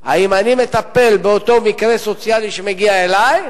האם אני מטפל באותו מקרה סוציאלי שמגיע אלי,